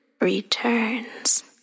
returns